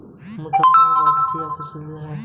मुद्रास्फीति के विपरीत अपस्फीति है